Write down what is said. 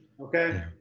Okay